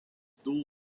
dual